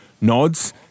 nods